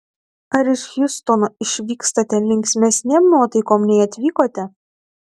ar iš hjustono išvykstate linksmesnėm nuotaikom nei atvykote